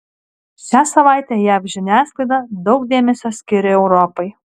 šią savaitę jav žiniasklaida daug dėmesio skiria europai